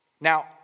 Now